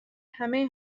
همه